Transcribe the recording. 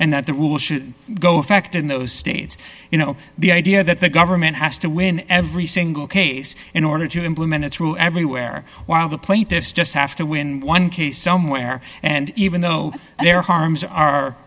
and that the rule should go effect in those states you know the idea that the government has to win every single case in order to implement its rule everywhere while the plaintiffs just have to win one case somewhere and even though there harms